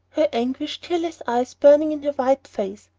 her anguished, tearless eyes burning in her white face.